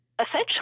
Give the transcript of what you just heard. Essentially